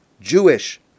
Jewish